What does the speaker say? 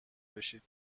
بشید